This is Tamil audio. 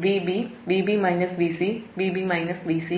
மற்றும் Vb Vb Vc Vb Vc